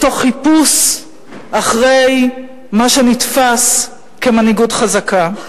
אותו חיפוש אחרי מה שנתפס כמנהיגות חזקה.